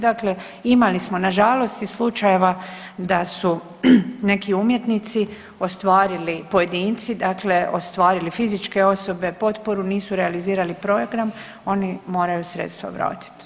Dakle, imali smo nažalost i slučajeva da su neki umjetnici ostvarili, pojedinci, dakle ostvarili fizičke osobe potporu nisu realizirali program oni moraju sredstva vratit.